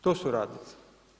To su radnici.